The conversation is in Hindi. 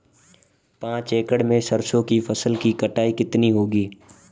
पांच एकड़ में सरसों की फसल की कटाई कितनी होगी?